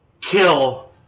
kill